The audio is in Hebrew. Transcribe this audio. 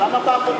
אבל למה בעבודה?